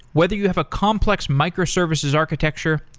whether you have a complex microservices architecture,